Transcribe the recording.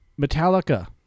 Metallica